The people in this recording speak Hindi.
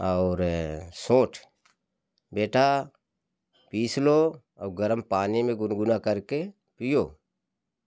और सोंठ बेटा पीस लो और गर्म पानी में गुनगुना करके पीयो